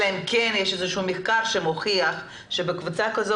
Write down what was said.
אלא אם יש מחקר שמוכיח שבקבוצה כזו